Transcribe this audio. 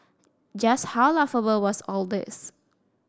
just how laughable was all this